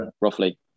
roughly